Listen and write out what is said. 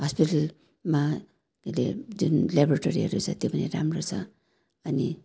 हस्पिटलमा अहिले जुन ल्याब्रोटोरीहरू छ त्यो पनि राम्रो छ अनि